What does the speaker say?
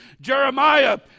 Jeremiah